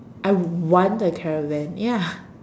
I want a caravan ya